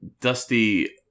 Dusty